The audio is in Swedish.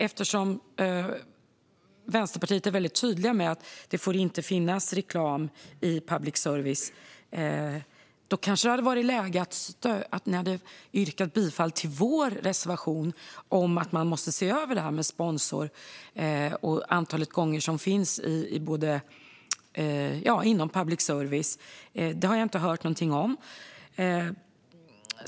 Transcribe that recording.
Eftersom Vänsterpartiet är tydligt med att det inte får finnas reklam i public service är min fråga: Då kanske det hade varit läge för er att yrka bifall till vår reservation om att man måste se över sponsring och antalet gånger det syns i public service. Detta har jag inte hört något om.